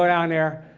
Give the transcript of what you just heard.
um down there.